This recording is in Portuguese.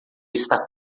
está